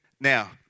Now